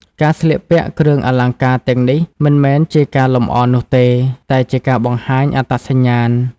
ការស្លៀកពាក់គ្រឿងអលង្ការទាំងនេះមិនមែនជាការលម្អនោះទេ តែជាការបង្ហាញអត្តសញ្ញាណ។